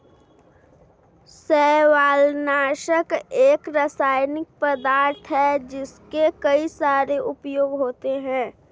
शैवालनाशक एक रासायनिक पदार्थ है जिसके कई सारे उपयोग होते हैं